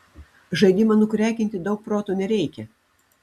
žaidimą nukrekinti daug proto nereikia